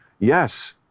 Yes